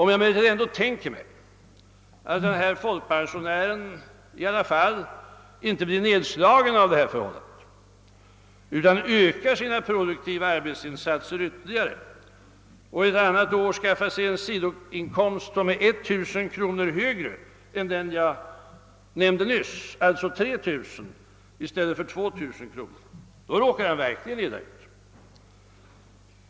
Om jag emellertid tänker mig att denna folkpensionär i alla fall inte blir nedslagen utan ökar sina produktiva insatser ytterligare och ett annat år skaffar sig en sidoinkomst som är 1 000 kronor högre än den jag nyss nämnde — alltså 3 000 kronor i stället för 2 000 kronor — råkar han verkligen illa ut.